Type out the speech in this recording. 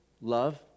love